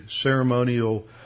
ceremonial